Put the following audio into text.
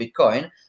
bitcoin